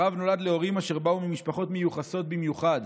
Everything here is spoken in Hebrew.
הרב נולד להורים אשר באו ממשפחות מיוחסות במיוחד.